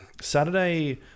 Saturday